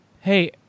hey